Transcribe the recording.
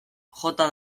jota